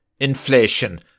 inflation